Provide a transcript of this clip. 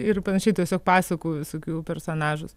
ir panašiai tiesiog pasakų visokių personažus